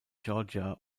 georgia